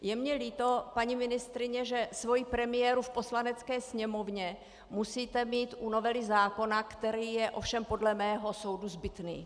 Je mně líto, paní ministryně, že svoji premiéru v Poslanecké sněmovně musíte mít u novely zákona, který je ovšem podle mého soudu zbytný.